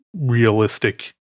realistic